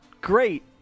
Great